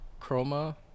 Chroma